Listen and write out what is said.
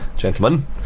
gentlemen